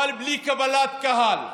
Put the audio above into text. אבל בלי קבלת קהל.